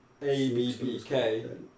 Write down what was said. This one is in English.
abbk